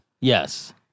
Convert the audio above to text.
Yes